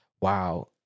wow